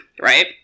right